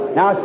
Now